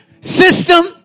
system